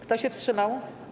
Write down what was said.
Kto się wstrzymał?